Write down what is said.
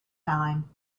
telling